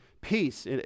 Peace